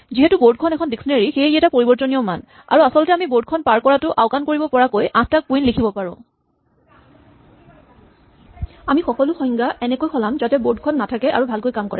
যিহেতু বৰ্ডখন এখন ডিক্সনেৰী সেয়ে ই এটা পৰিবৰ্তনীয় মান আৰু আচলতে আমি বৰ্ডখন পাৰ কৰাটো আওকাণ কৰিব পৰাকে ৮ টা কুইন লিখিব পাৰো আমি সকলো সংজ্ঞা এনেকৈ সলাম যাতে বৰ্ড খন নাথাকে আৰু ভালকৈ কাম কৰে